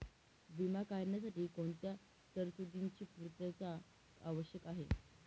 विमा काढण्यासाठी कोणत्या तरतूदींची पूर्णता आवश्यक आहे?